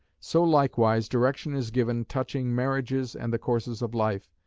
so likewise direction is given touching marriages, and the courses of life,